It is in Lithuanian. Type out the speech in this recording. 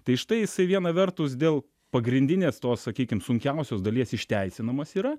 tai štai jisai viena vertus dėl pagrindinės to sakykim sunkiausios dalies išteisinamas yra